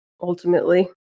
ultimately